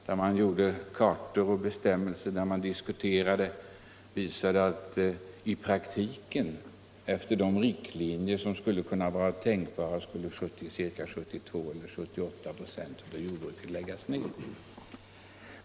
där man gjorde upp kartor och träffade avgöranden samtidigt som man diskuterade, visade det sig att de tänkbara riktlinjerna i praktiken skulle innebära att 72 eller 78 26 av jordbruket skulle läggas ned.